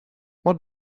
what